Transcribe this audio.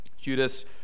Judas